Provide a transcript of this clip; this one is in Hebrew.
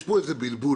יש פה איזה בלבול.